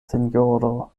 sinjoro